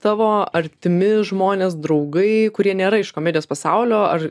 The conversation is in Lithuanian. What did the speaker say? tavo artimi žmonės draugai kurie nėra iš komedijos pasaulio ar